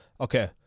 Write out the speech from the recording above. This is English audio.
Okay